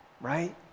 right